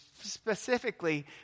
specifically